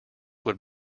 would